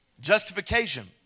Justification